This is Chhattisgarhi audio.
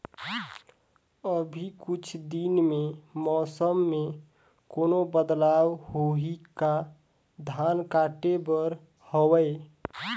अभी कुछ दिन मे मौसम मे कोनो बदलाव होही का? धान काटे बर हवय?